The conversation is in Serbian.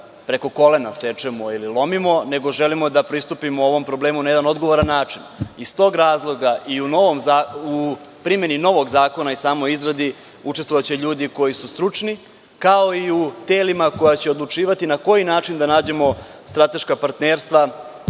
preko kolena sečemo ili lomimo, nego želimo da pristupimo ovom problemu na jedan odgovoran način. Iz tog razloga, i u primeni novog zakona i u samoj izradi učestvovaće ljudi koji su stručni, kao i u telima koja će odlučivati na koji način da nađemo strateška partnerstva